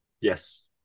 Yes